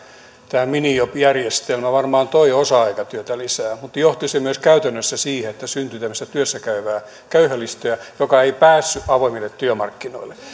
tämä minijob järjestelmä varmaan toi osa aikatyötä lisää mutta johti se myös käytännössä siihen että syntyi tämmöistä työssä käyvää köyhälistöä joka ei päässyt avoimille työmarkkinoille